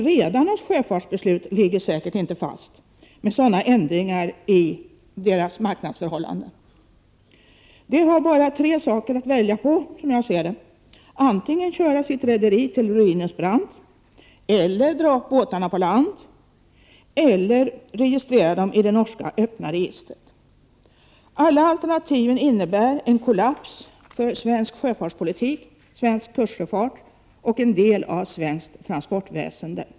Redarnas sjöfartsbeslut kommer emellertid säkert inte att ligga fast när sådana ändringar sker i deras marknadsförhållanden. Som jag ser det har de bara tre saker att välja på. De kan köra sina rederier till ruinens brant, dra upp båtarna på land eller registrera båtarna i det norska öppna registret. Alla dessa alternativ innebär en kollaps för svensk sjöfartspolitik, svensk kustsjöfart och en del av det svenska transportväsendet.